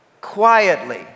quietly